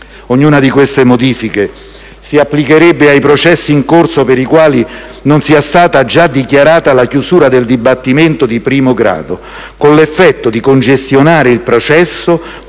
Ognuna di queste modifiche si applicherebbe ai processi in corso per i quali non sia stata già dichiarata la chiusura del dibattimento di primo grado, con l'effetto di congestionare il processo con una serie di attività